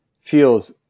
feels